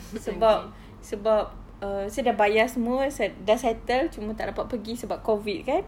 sebab sebab err saya sudah bayar semua saya sudah settle cuma tak dapat pergi sebab COVID kan